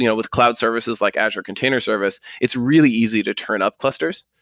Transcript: you know with cloud services like azure container service, it's really easy to turn up clusters,